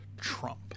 Trump